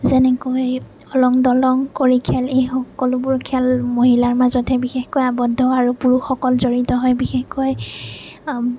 যেনেকৈ অলং দলং কৰি খেল এই সকলোবোৰ খেল মহিলাৰ মাজতহে বিশেষকৈ আবদ্ধ আৰু পুৰুষসকল জড়িত হয় বিশেষকৈ